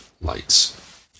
lights